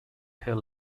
hill